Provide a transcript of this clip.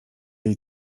jej